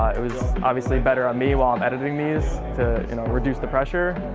it was obviously better on me while editing these to reduce the pressure.